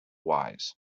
wise